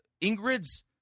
Ingrid's